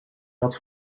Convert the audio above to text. dat